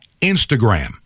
Instagram